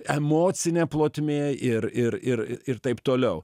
emocinė plotmė ir ir ir ir taip toliau